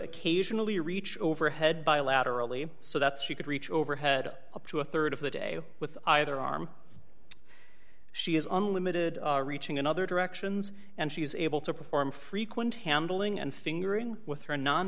occasionally reach overhead bilaterally so that she could reach overhead up to a rd of the day with either arm she has unlimited reaching in other directions and she is able to perform frequent handling and fingering with her non